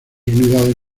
unidades